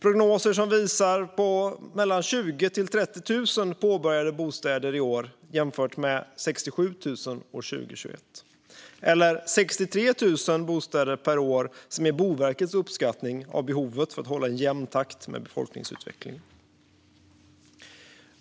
prognoser som visar på 20 000-30 000 påbörjade bostäder i år och nästa år jämfört med 67 000 år 2021, eller 63 000 bostäder per år som är Boverkets uppskattning av behovet för att hålla jämn takt med befolkningsutvecklingen.